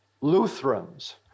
Lutherans